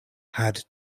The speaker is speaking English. had